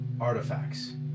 artifacts